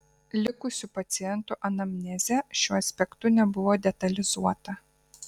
likusių pacientų anamnezė šiuo aspektu nebuvo detalizuota